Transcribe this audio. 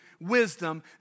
wisdom